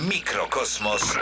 Mikrokosmos